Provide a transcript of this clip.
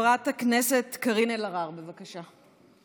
חברת הכנסת קארין אלהרר, בבקשה.